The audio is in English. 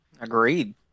Agreed